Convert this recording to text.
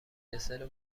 دسر